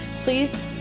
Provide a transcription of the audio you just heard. please